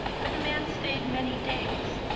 for the man stayed many days,